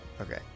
Okay